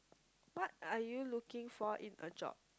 what are you looking for in a job